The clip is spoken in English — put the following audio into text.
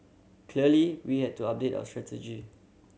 clearly we had to update our strategy